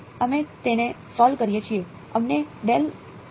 અમે તેને સોલ્વ કરીએ છીએ અમને મળે છે